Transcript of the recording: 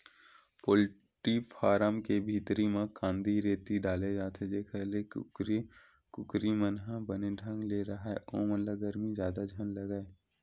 poultry farm के भीतरी म कांदी, रेती डाले जाथे जेखर ले कुकरा कुकरी मन ह बने ढंग ले राहय ओमन ल गरमी जादा झन लगय